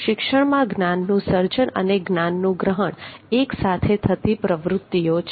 શિક્ષણમાં જ્ઞાનનું સર્જન અને જ્ઞાનનું ગ્રહણ એક સાથે થતી પ્રવૃત્તિઓ છે